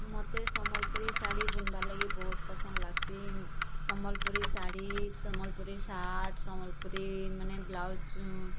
ମତେ ସମ୍ବଲପୁରୀ ଶାଢ଼ି ବୁନ୍ବାର ଲାଗି ବହୁତ ପସନ୍ଦ ଲାଗ୍ସି ସମ୍ବଲପୁରୀ ଶାଢ଼ି ସମ୍ବଲପୁରୀ ସାର୍ଟ୍ ସମ୍ବଲପୁରୀ ମାନେ ବ୍ଲାଉଜ୍